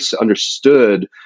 understood